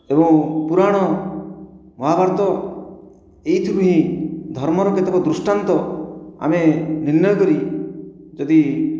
ଏବଂ ପୁରାଣ ମହାଭାରତ ଏହିଥିରୁ ହିଁ ଧର୍ମର କେତେକ ଦୃଷ୍ଟାନ୍ତ ଆମେ ନିର୍ଣ୍ଣୟ କରି ଯଦି